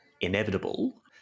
inevitable